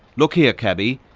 look here, cabbie,